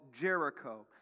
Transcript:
Jericho